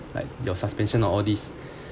like your suspension on all these